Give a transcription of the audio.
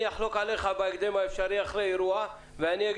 אירועי גז?